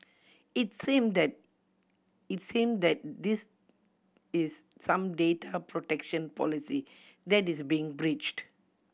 it seem that it seem that this is some data protection policy that is being breached